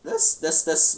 that's that's that's